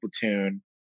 Platoon